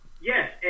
Yes